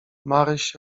maryś